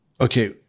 Okay